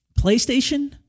PlayStation